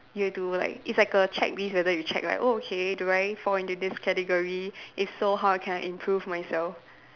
you have to like it's like a checklist whether you check like oh okay do I fall into this category if so how I can improve myself